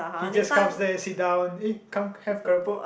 he just comes there sit down eh come have keropok